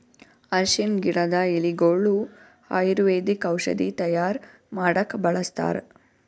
ಅರ್ಷಿಣ್ ಗಿಡದ್ ಎಲಿಗೊಳು ಆಯುರ್ವೇದಿಕ್ ಔಷಧಿ ತೈಯಾರ್ ಮಾಡಕ್ಕ್ ಬಳಸ್ತಾರ್